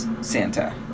Santa